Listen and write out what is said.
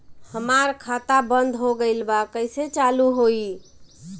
हमार खाता बंद हो गइल बा कइसे चालू होई?